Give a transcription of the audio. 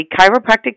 chiropractic